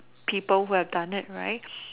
people who have done it right